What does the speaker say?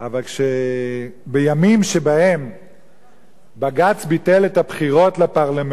אבל בימים שבהם בג"ץ ביטל את הבחירות לפרלמנט,